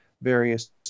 various